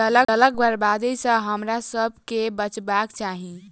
जलक बर्बादी सॅ हमरासभ के बचबाक चाही